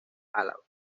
álava